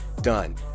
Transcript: Done